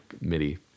midi